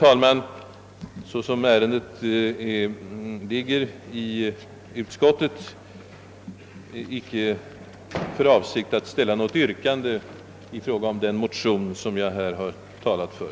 Såsom ärendet ligger till i utskottet har jag, herr talman, inte för avsikt att ställa något yrkande i fråga om den motion jag här har talat för.